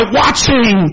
watching